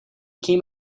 came